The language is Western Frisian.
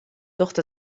docht